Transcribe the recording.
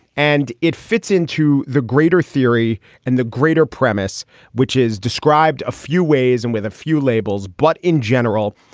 and it fits into the greater theory and the greater premise which is described a few ways and with a few labels. but in general,